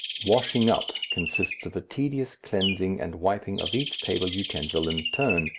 washing up consists of a tedious cleansing and wiping of each table utensil in turn,